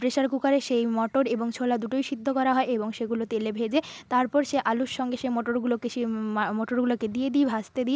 pressure কুকারে সেই মটর এবং ছোলা দুটোই সিদ্ধ করা হয় এবং সেগুলো তেলে ভেজে তারপর সে আলুর সঙ্গে সে মটরগুলোকে সে মা মটরগুলোকে দিয়ে দিই ভাজতে দিই